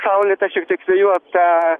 saulėtą šiek tiek vėjuotą